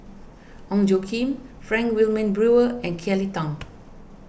Ong Tjoe Kim Frank Wilmin Brewer and Kelly Tang